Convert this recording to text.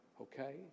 okay